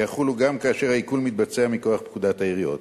יחולו גם כאשר העיקול מתבצע מכוח פקודת העיריות.